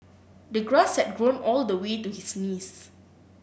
the grass had grown all the way to his knees